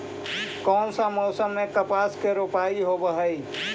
कोन सा मोसम मे कपास के रोपाई होबहय?